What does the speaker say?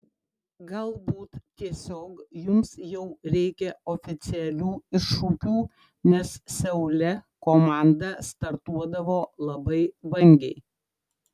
galbūt tiesiog jums jau reikia oficialių iššūkių nes seule komanda startuodavo labai vangiai